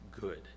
good